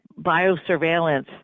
biosurveillance